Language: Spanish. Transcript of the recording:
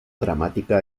dramática